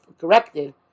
corrected